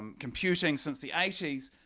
and computing since the eighty s